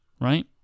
right